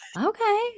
Okay